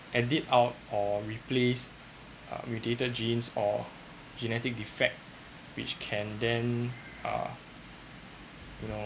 edit out or replace uh mutated genes or genetic defects which can then uh you know